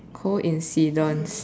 coincidence